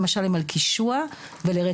על אלכוהול ושוב,